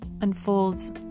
unfolds